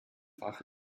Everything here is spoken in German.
fach